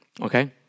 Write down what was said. Okay